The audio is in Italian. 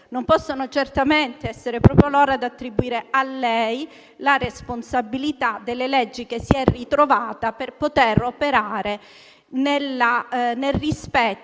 non possono certamente essere proprio loro ad attribuire a lei la responsabilità delle leggi con le quali si è ritrovata a dover operare, nel rispetto